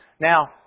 Now